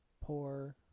poor